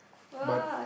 but